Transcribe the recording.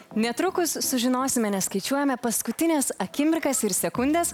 netrukus sužinosime nes skaičiuojame paskutines akimirkas ir sekundes